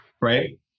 right